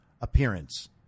appearance